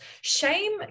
Shame